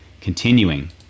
continuing